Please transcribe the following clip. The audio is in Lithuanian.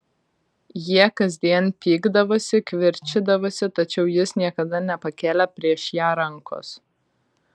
jie kasdien pykdavosi kivirčydavosi tačiau jis niekada nepakėlė prieš ją rankos